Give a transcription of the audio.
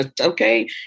okay